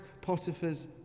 Potiphar's